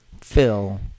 Phil